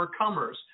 overcomers